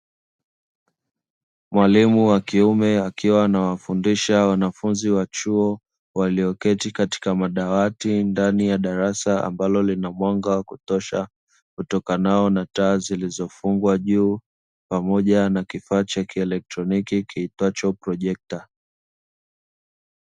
Mwalimu wa kiume akiwa anawafundisha wanafunzi wa chuo, walioketi katika madawati ndani ya darasa ambalo lina mwanga kutosha, utokanao na taa zilizofungwa juu, pamoja na kifaa cha kielektroniki kiitwacho projekta.